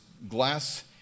glass